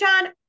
john